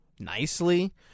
nicely